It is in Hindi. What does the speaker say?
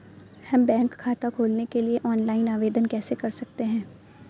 हम बैंक खाता खोलने के लिए ऑनलाइन आवेदन कैसे कर सकते हैं?